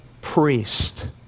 priest